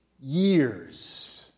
years